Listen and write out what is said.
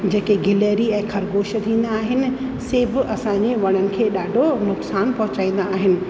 जेके गिलैरी ऐं खरगोश थींदा आहिनि से बि असांजे वणनि खे ॾाढो नुकसान पहुचाईंदा आहिनि